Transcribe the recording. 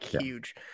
huge